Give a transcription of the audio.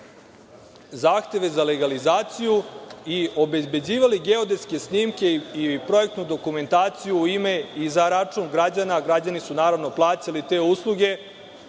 zahteve za legalizaciju i obezbeđivale geodetske snimke i projektnu dokumentaciju u ime i za račun građana. Građani su, naravno, plaćali te usluge